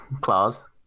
Claws